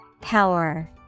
Power